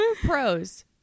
Pros